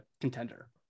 contender